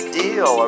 deal